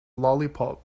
lollipop